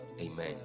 Amen